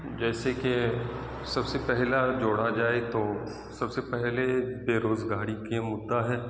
جیسے کہ سب سے پہلا جوڑا جائے تو سب سے پہلے بےروزگاری کے مدعا ہے